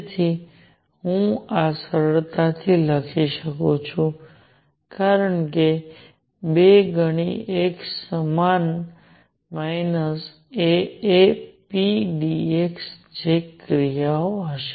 તેથી હું આ સરળતાથી લખી શકું છું કારણ કે બે ગણી x સમાન minus A A p dx જે ક્રિયા હશે